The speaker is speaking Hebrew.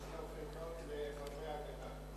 יש גם חלקות לחברי "ההגנה".